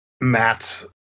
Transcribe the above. Matt